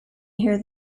here